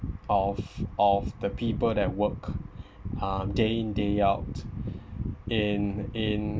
of of the people that work uh day in day out in in